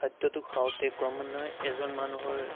খাদ্যটো খাওঁতে ক্ৰমান্বয়ে এজন মানুহৰ